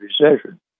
recession